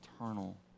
eternal